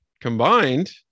combined